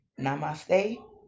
Namaste